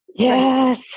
Yes